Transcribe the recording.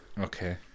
Okay